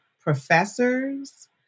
professors